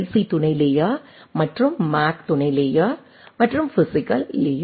C துணை layer மற்றும் MAC துணை லேயர் மற்றும் பிஸிக்கல் லேயர்